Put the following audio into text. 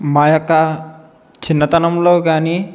మా యొక్క చిన్నతనంలో కానీ